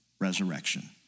resurrection